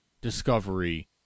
Discovery